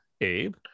Abe